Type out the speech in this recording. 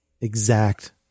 exact